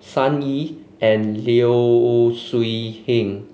Sun Yee and Low Siew Nghee